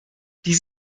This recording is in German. die